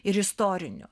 ir istorinių